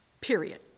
period